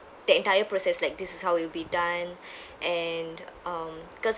the entire process like this is how it will be done and um cause